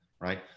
right